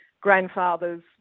grandfathers